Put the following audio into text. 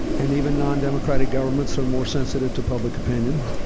and even non-democratic governments are more sensitive to public opinion.